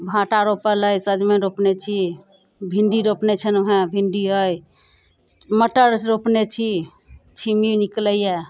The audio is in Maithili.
भाटा रोपल अइ सजमनि रोपने छी भिण्डी रोपने छलहुँ हँ भिण्डी अइ मटर रोपने छी छिम्मी निकलैया